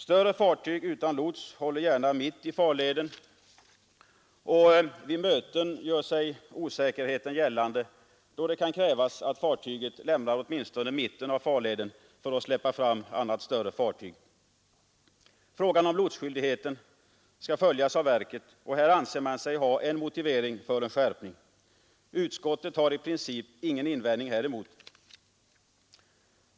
Större fartyg utan lots håller gärna mitt i farleden, och vid möten gör sig osäkerheten gällande då det kan krävas att fartyget lämnar åtminstone mitten av farleden fri för att släppa fram annat större fartyg. Frågan om lotsskyldigheten skall följas av verket, och här anser man sig ha en motivering för en skärpning. Utskottet har i princip ingen invändning häremot.